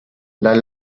las